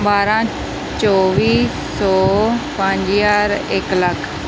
ਬਾਰਾਂ ਚੌਵੀ ਸੌ ਪੰਜ ਹਜ਼ਾਰ ਇੱਕ ਲੱਖ